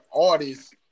artists